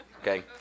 Okay